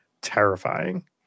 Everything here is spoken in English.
terrifying